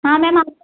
हाँ मैम आप